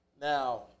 Now